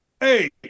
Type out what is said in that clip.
Hey